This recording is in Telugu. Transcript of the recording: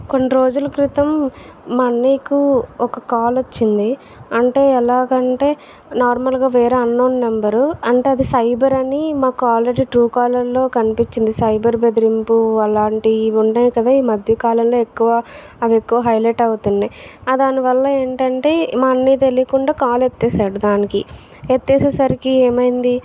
కొన్ని రోజుల క్రితం మా అన్నయ్యకు ఒక కాల్ వచ్చింది అంటే ఎలాగంటే నార్మల్గా వేరే అన్నోన్ నెంబరు అంటే అది సైబర్ అని మాకు ఆల్రెడీ ట్రూకాలర్లో కనిపించింది సైబర్ బెదిరింపు అలాంటివి ఉన్నాయి కదా ఈ మధ్యకాలంలో ఎక్కువ అవి ఎక్కువ హైలైట్ అవుతున్నాయి అది దానివల్ల ఏంటంటే మా అన్నయ్య తెలియకుండా కాల్ ఎత్తేసాడు దానికి ఎత్తేసే సరికి ఏమైంది